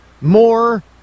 more